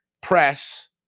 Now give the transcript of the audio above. press